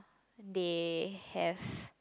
they have